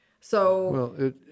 So-